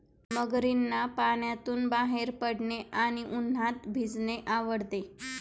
मगरींना पाण्यातून बाहेर पडणे आणि उन्हात भिजणे आवडते